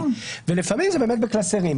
ולפעמים זה באמת בקלסרים.